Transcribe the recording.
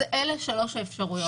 אלה שלוש האפשרות.